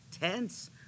tense